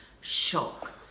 shock